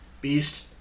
Beast